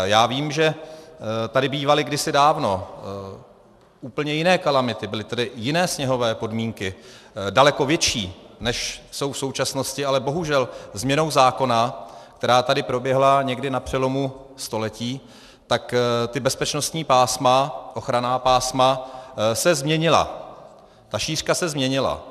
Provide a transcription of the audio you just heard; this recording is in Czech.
Já vím, že tady bývaly kdysi dávno úplně jiné kalamity, byly tady jiné sněhové podmínky, daleko větší, než jsou v současnosti, ale bohužel změnou zákona, která tady proběhla někdy na přelomu století, ta bezpečnostní ochranná pásma se změnila, ta šířka se změnila.